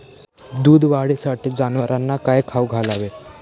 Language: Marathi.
दूध वाढीसाठी जनावरांना काय खाऊ घालावे?